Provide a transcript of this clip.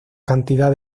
cantidad